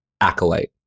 acolyte